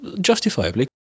Justifiably